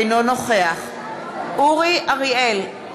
אינו נוכח אורי אריאל,